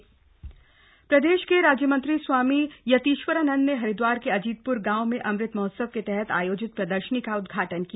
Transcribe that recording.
अमत महोत्सव प्रदेश के राज्य मंत्री स्वामी यतीश्वरानंद ने हरिदवार के अजीतप्र गांव में अमृत महोत्सव के तहत आयोजित प्रदर्शनी का उद्घाटन किया